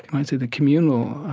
i'd say, the communal,